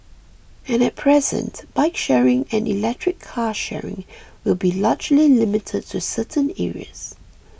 and at present bike sharing and electric car sharing will be largely limited to certain areas